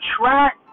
track